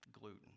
gluten